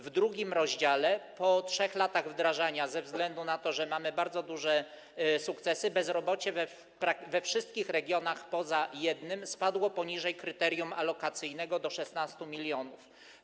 W drugim rozdziale, po 3 latach wdrażania, ze względu na to, że mamy bardzo duże sukcesy, bezrobocie we wszystkich regionach poza jednym spadło poniżej kryterium alokacyjnego, do 16 mln.